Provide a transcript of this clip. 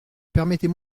permettez